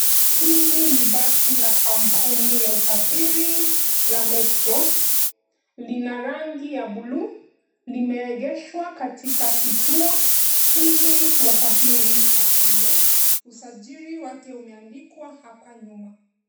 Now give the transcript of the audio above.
Hili ni basi la kampuni ya usafiri la metro, lina rangi ya buluu, limeegeshwa katika kituo ili wasafiri wapande. Usajili wake umeandikwa hapa nyuma.